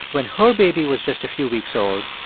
when her baby was just a few weeks old,